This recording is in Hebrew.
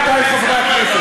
עמיתי חברי הכנסת,